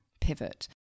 pivot